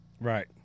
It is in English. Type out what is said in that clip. Right